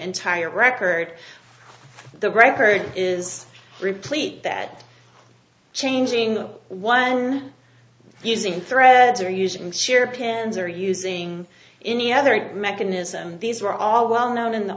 entire record the record is replete that changing one using threads or using shared cans or using any other mechanism these are all well known in the